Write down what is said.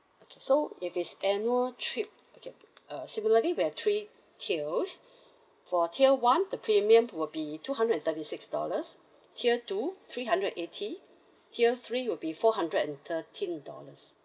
okay so if it's annual trip okay uh similarly we have three tiers for tier one the premium will be two hundred and thirty six dollars tier two three hundred eighty tier three will be four hundred and thirteen dollars